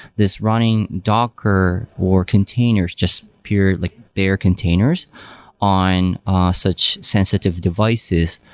this running docker or containers just pure, like bare containers on ah such sensitive devices.